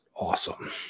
Awesome